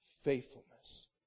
faithfulness